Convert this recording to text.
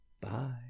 Bye